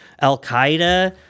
al-qaeda